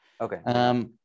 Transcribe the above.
Okay